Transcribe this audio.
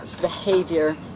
behavior